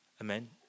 amen